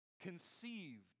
conceived